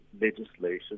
legislation